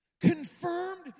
Confirmed